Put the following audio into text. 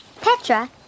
Petra